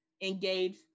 engage